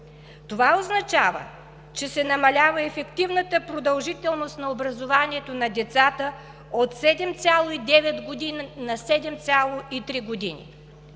което означава, че се намалява ефективната продължителност на образованието на децата от 7,9 години на 7,3 години.